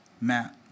Matt